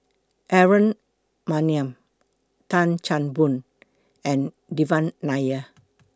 Aaron Maniam Tan Chan Boon and Devan Nair